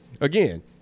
again